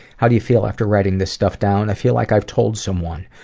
how do you feel after writing this stuff down? i feel like i've told someone.